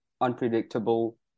unpredictable